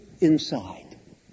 inside